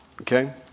okay